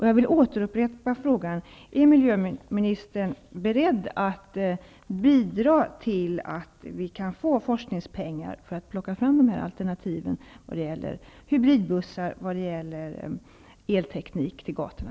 Jag vill återupprepa min fråga: Är miljöministern beredd att bidra till att vi kan få fram forskningspengar för att ta fram alternativ, t.ex. i form av hybridbussar och elteknik till gatorna?